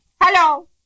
Hello